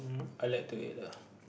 I like to eat uh